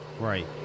Right